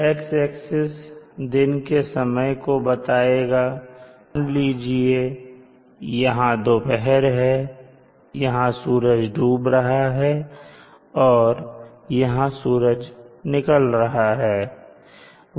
X axis दिन के समय को बताएगा जैसे मान लीजिए यहां दोपहर है यहां सूरज डूब रहा है और यहां सूरज निकल रहा है